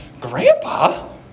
grandpa